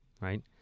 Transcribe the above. Right